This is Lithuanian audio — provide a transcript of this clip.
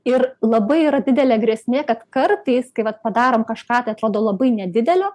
ir labai yra didelė grėsmė kad kartais kai vat padarom kažką tai atrodo labai nedidelio